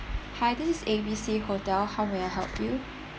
hi this is A B C hotel how may I help you